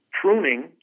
pruning